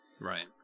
Right